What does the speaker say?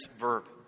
verb